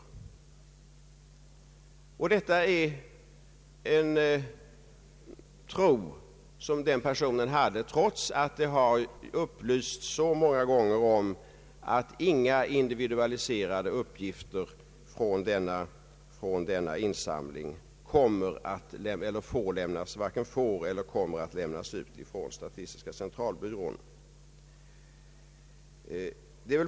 Personen i fråga hade denna uppfattning trots att det så många gånger har upplysts om att inga personliga uppgifter från denna undersökning får eller kommer att lämnas ut från statistiska centralbyrån.